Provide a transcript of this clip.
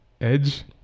Edge